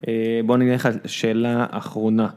בוא נלך על שאלה אחרונה.